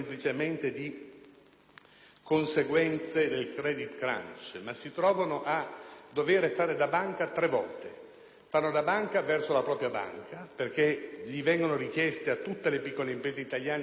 conseguente al *credit crunch*, ma a dover fare da banca tre volte: fanno da banca verso la propria banca, perché viene richiesto a tutte le piccole imprese italiane il ritorno dagli extrafidi;